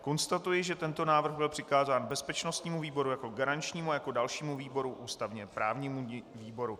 Konstatuji, že tento návrh byl přikázán bezpečnostnímu výboru jako garančnímu a jako dalšímu výboru ústavněprávnímu výboru.